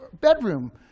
bedroom